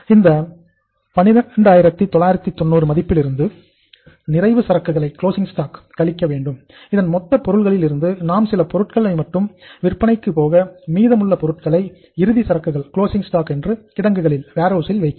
இந்த 12990 மதிப்பிலிருந்து நிறைவு சரக்குகளை வைக்கிறோம்